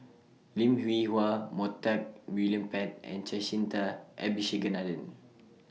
Lim Hwee Hua Montague William Pett and Jacintha Abisheganaden